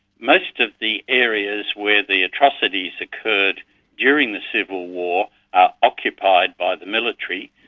most of the areas where the atrocities occurred during the civil war are occupied by the military,